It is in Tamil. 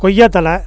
கொய்யா தழை